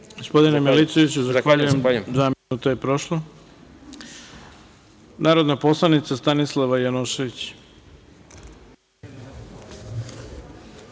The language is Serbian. Gospodine Milićeviću, zahvaljujem, dva minuta je prošlo. Narodna poslanica Stanislava Janošević.